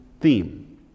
theme